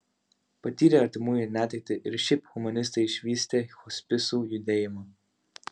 patyrę artimųjų netektį ir šiaip humanistai išvystė hospisų judėjimą